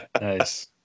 Nice